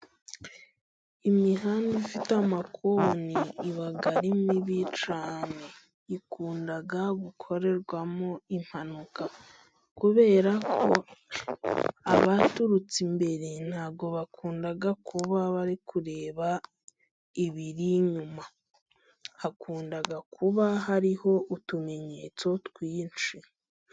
Imihanda ifite amakoni iba ari mibi cyane，ikunda gukorerwamo impanuka， kubera ko abaturutse imbere ntabwo bakunda kuba bari kureba ibiri inyuma，hakunda kuba hariho utumenyetso twinshi.